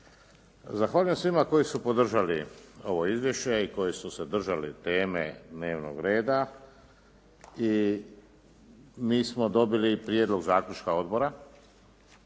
Zahvaljujem svima koji su podržali ovo izvješće i koji su se držali teme dnevnog reda i mi smo dobili prijedlog zaključka odbora,